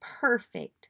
perfect